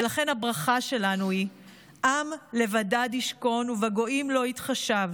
ולכן הברכה שלנו היא "עם לבדד ישכון ובגויים לא יתחשב".